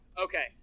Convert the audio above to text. Okay